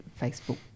Facebook